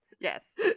Yes